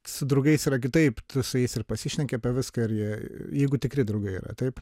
su draugais yra kitaip tu su jais ir pasišneki apie viską ir jie jeigu tikri draugai yra taip